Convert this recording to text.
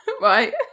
Right